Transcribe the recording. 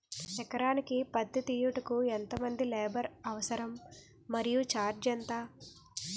ఎకరానికి పత్తి తీయుటకు ఎంత మంది లేబర్ అవసరం? మరియు ఛార్జ్ ఎంత?